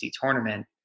tournament